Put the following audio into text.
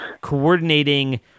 coordinating